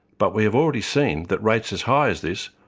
but we have already seen that rates as high as this,